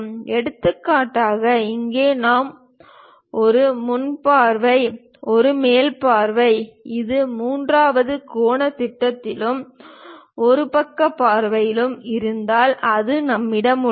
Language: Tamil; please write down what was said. எடுத்துக்காட்டாக இங்கே நாம் ஒரு முன் பார்வை ஒரு மேல் பார்வை ஆ இது மூன்றாவது கோணத் திட்டத்திலும் ஒரு பக்க பார்வையிலும் இருந்தால் அது நம்மிடம் உள்ளது